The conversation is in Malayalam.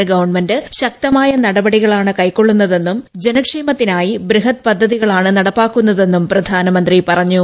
എ ഗവൺമെന്റ് ശക്തമായ നടപടികളാണ് കൈക്കൊള്ളുന്നതെന്നും ജനക്ഷേമത്തിനായി ബൃഹത് പദ്ധതികളാണ് നടപ്പാക്കുന്നതെന്നും പ്രധാനമന്ത്രി പറഞ്ഞു